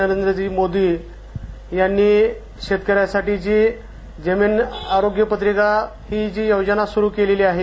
नरेंद्रजी मोदी यांनी शेतकऱ्यासाठी जी जमिनआरोग्य पत्रिका ही जी योजना स्रू केली आहे